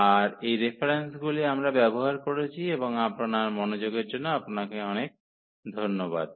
আর এই রেফারেন্সগুলি আমরা ব্যবহার করেছি এবং আপনার মনোযোগের জন্য আপনাকে অনেক ধন্যবাদ